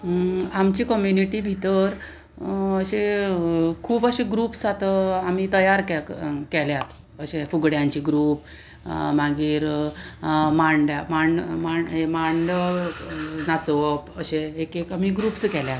आमची कम्युनिटी भितर अशें खूब अशें ग्रुप्स आतां आमी तयार केल्यात अशे फुगड्यांची ग्रुप मागीर मांड्या मांड हे मांड नाचोवप अशें एक एक आमी ग्रुप्स केल्यात